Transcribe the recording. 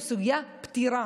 זו סוגיה פתירה.